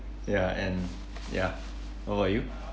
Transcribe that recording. ya and ya what about you